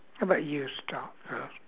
how about you start now